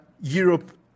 Europe